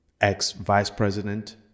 ex-vice-president